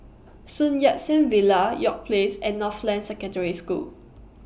Sun Yat Sen Villa York Place and Northland Secondary School